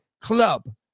Club